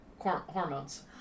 hormones